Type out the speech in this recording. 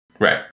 Right